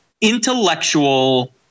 intellectual